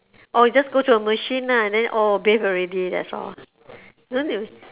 or you just go to a machine lah and then orh bathe already that's all 哪里有